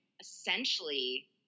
essentially